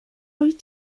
dwyt